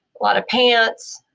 a lot of pants